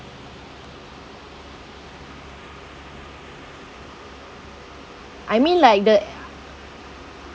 I mean like the